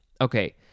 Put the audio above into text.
Okay